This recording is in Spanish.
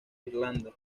irlanda